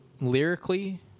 lyrically